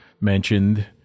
mentioned